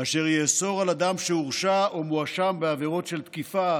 אשר יאסור על אדם שהורשע או מואשם בעבירות של תקיפה,